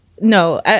No